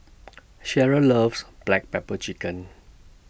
Sheryl loves Black Pepper Chicken